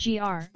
gr